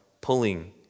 pulling